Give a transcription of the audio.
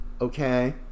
Okay